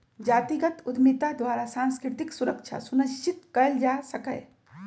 जातिगत उद्यमिता द्वारा सांस्कृतिक सुरक्षा सुनिश्चित कएल जा सकैय